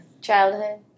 Childhood